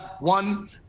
One